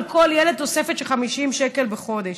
על כל ילד תוספת של 50 שקל בחודש.